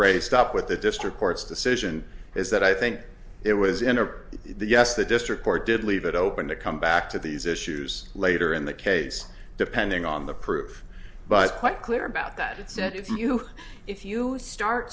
raced up with the district court's decision is that i think it was in or the yes the district court did leave it open to come back to these issues later in the case depending on the proof but quite clear about that said if you if you start